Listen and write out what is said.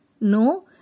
No